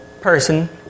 person